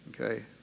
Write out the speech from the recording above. okay